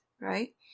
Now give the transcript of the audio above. right